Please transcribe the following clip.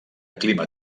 clima